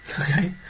Okay